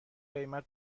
قیمت